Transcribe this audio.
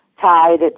Tide